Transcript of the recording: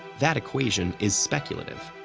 that equation is speculative.